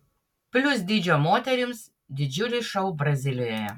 plius dydžio moterims didžiulis šou brazilijoje